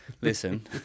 listen